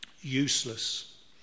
useless